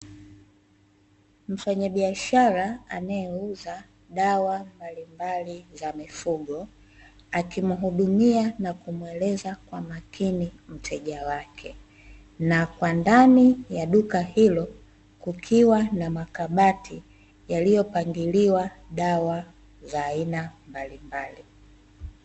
Mfanyabiashara anayeuza dawa mbalimbali za mifugo akimuhudumia na kumueleza kwa makini mteja wake, na kwa ndani ya duka hilo kukiwa na makabati yaliyopangiliwa dawa za aina mbalimbali.